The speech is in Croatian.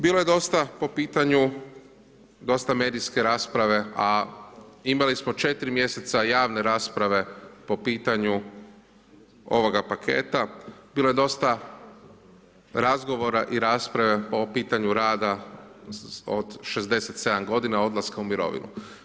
Bilo je dosta po pitanju, dosta medijske rasprave a imali smo 4 mj. javne rasprave po pitanju ovoga paketa, bilo je dosta razgovora i rasprave po pitanju rada od 67 g. dolaska u mirovinu.